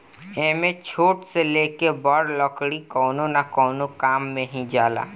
एमे छोट से लेके बड़ लकड़ी कवनो न कवनो काम मे ही जाला